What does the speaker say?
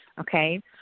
Okay